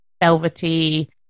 velvety